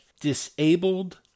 disabled